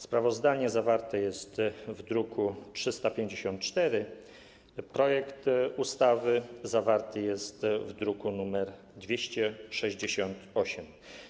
Sprawozdanie zawarte jest w druku nr 354, projekt ustawy zawarty jest w druku nr 268.